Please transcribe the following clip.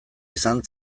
izan